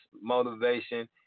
motivation